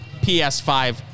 PS5